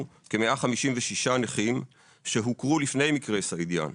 כ-156 נכים שהוכרו לפני מקרה סעידיאן.